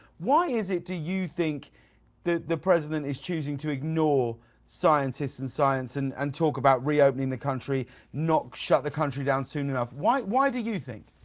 why is it that you think the the president is choosing to ignore scientists, and science and and talk about reopening the country, not shut the country down soon enough, why why do you think?